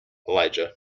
elijah